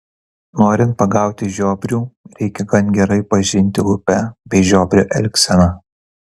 norint pagauti žiobrių reikia gan gerai pažinti upę bei žiobrio elgseną